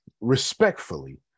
respectfully